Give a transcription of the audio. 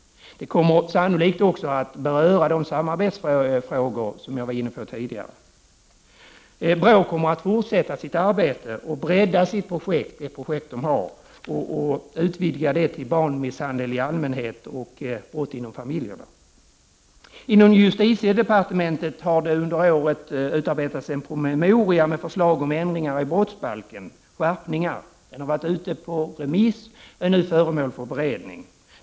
Det kommer sannolikt också att beröra de samarbetsfrågor som jag var inne på tidigare. 59 BRÅ kommer att fortsätta sitt arbete och utvidga sitt projekt till barnmisshandel i allmänhet och brott inom familjerna. Inom justitiedepartementet har det under året utarbetats en promemoria med förslag om ändringar i brottsbalken. Det är fråga om skärpningar. Promemorian har varit ute på remiss och är nu föremål för beredning.